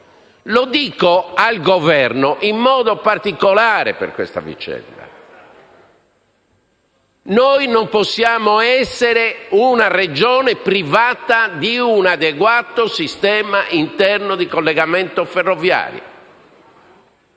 Lo dico al Governo in modo particolare per questa vicenda, perché noi non possiamo essere una Regione privata di un adeguato sistema interno di collegamento ferroviario.